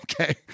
okay